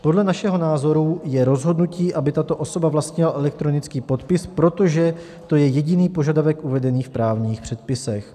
Podle našeho názoru je rozhodnutí, aby tato osoba vlastnila elektronický podpis, protože to je jediný požadavek uvedený v právních předpisech.